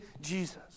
Jesus